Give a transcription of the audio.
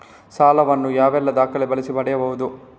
ಸಾಲ ವನ್ನು ಯಾವೆಲ್ಲ ದಾಖಲೆ ಬಳಸಿ ಪಡೆಯಬಹುದು?